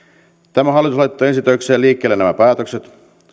hallitus laittoi ensi töikseen liikkeelle nämä päätökset